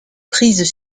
prises